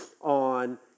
on